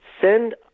send